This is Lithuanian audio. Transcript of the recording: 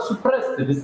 suprasti vis